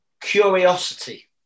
Curiosity